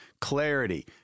clarity